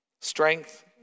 strength